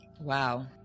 Wow